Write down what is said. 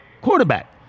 quarterback